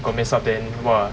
如果 mess up then !wah!